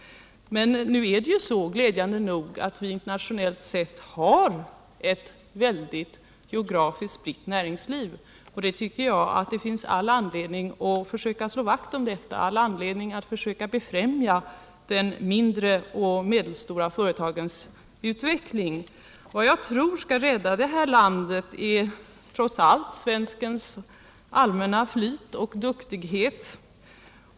Men nu har vi glädjande nog internationellt sett ett näringsliv som är geografiskt oerhört fritt, och detta tycker jag att vi bör slå vakt om. Det finns all anledning att försöka främja de mindre och medelstora företagens utveckling. Vad jag tror kan rädda det här landet är svenskarnas allmänna flit och duglighet.